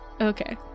Okay